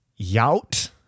Yout